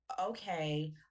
okay